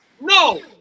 No